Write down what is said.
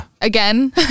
again